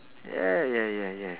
yeah yeah yeah yeah